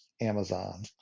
amazon